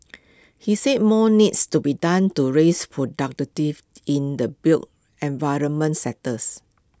he said more needs to be done to raise in the built environment sectors